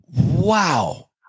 wow